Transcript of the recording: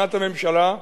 בכוונת הממשלה,